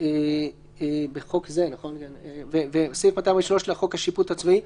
לחוק השיפוט הצבאי,